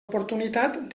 oportunitat